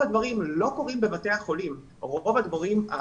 הדברים לא קורים בבתי החולים אלא בקהילה,